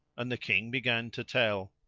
and the king began to tell